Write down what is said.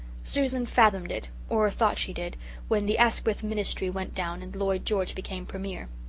susan fathomed it or thought she did when the asquith ministry went down and lloyd george became premier.